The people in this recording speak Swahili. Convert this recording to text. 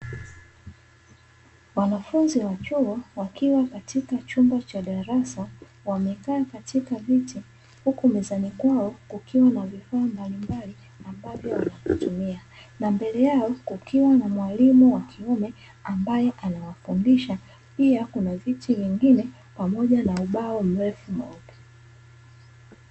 Wanafunzi wa chuo wakiwa katika chumba cha darasa, wamekaa katika viti, huku mezani kwao kukiwa na vifaa mbalimbali ambavyo wanavitumia na mbele yao kukiwa na mwalimu wa kiume ambaye anawafundisha. Pia kuna viti vingine pamoja na ubao mrefu mweupe.